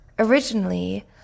Originally